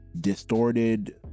distorted